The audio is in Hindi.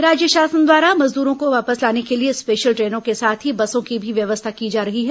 राज्य शासन द्वारा मजदूरो को वापस लाने के लिए स्पेशल ट्रेनों के साथ ही बसों की भी व्यवस्था की जा रही है